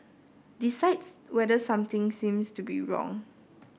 decides whether something seems to be wrong